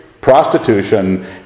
prostitution